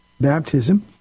baptism